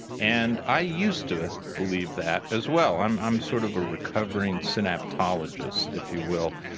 and i used to believe that as well. i'm i'm sort of a recovering synaptologist, if you will.